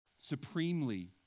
supremely